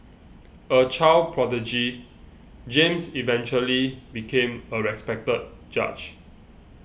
a child prodigy James eventually became a respected judge